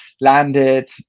landed